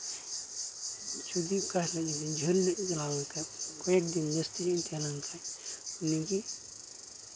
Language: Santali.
ᱡᱩᱫᱤ ᱚᱠᱟ ᱦᱤᱞᱳᱜ ᱡᱷᱟᱹᱞ ᱧᱚᱜ ᱤᱧ ᱪᱟᱞᱟᱣ ᱞᱮᱱᱠᱷᱟᱡ ᱠᱚᱭᱮᱠᱫᱤᱱ ᱡᱟᱹᱥᱛᱤ ᱧᱚᱜ ᱤᱧ ᱛᱟᱦᱮᱸ ᱞᱮᱱᱠᱷᱟᱡ ᱩᱱᱤᱜᱮ